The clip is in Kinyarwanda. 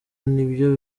nibyo